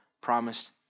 promised